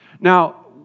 Now